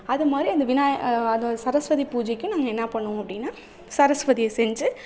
அதுமாதிரி அந்த விநா அந்த சரஸ்வதி பூஜைக்கும் நாங்கள் என்ன பண்ணுவோம் அப்படின்னா சரஸ்வதியை செஞ்சு